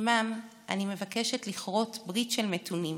עימם אני מבקשת לכרות ברית של מתונים,